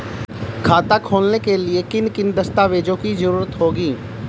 खाता खोलने के लिए किन किन दस्तावेजों की जरूरत होगी?